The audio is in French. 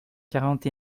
quarante